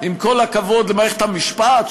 עם כל הכבוד למערכת המשפט,